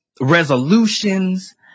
resolutions